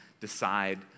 decide